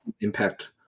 impact